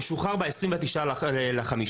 הוא שוחרר ב-29 במאי.